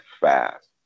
fast